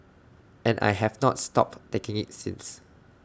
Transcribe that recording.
and I have not stopped taking IT since